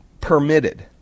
permitted